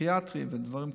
פסיכיאטריים ודברים כאלה,